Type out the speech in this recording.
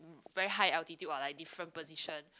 very high altitude lah like different position